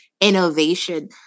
innovation